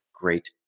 great